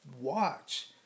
watch